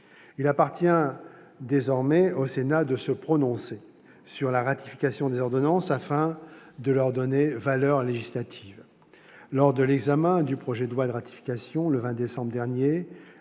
Il appartient désormais au Sénat de se prononcer sur la ratification des ordonnances afin de leur donner valeur législative. Lors de l'examen du projet de loi de ratification, le 20 décembre dernier,